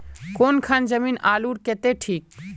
कौन खान जमीन आलूर केते ठिक?